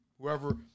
whoever